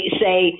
say